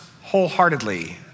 wholeheartedly